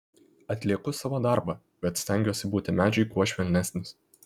atlieku savo darbą bet stengiuosi būti medžiui kuo švelnesnis